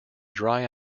dry